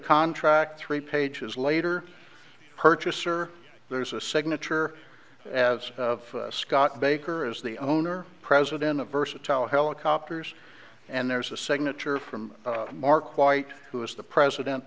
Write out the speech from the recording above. contract three pages later purchaser there's a signature as scott baker is the owner president of versatile helicopters and there's a signature from mark white who is the president